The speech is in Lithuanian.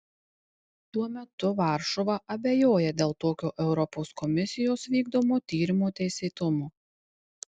tuo metu varšuva abejoja dėl tokio europos komisijos vykdomo tyrimo teisėtumo